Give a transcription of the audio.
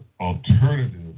alternative